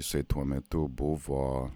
jisai tuo metu buvo